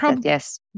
yes